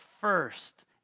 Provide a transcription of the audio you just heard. first